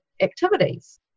activities